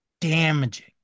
damaging